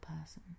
person